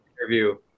interview